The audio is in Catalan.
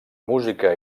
música